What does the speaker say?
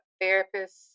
therapist